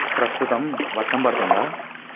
ప్రస్తుతం వర్షం పడుతోందా